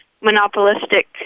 monopolistic